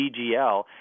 DGL